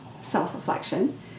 self-reflection